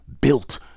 built